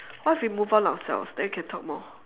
what if we move on ourselves then we can talk more